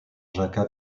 jacques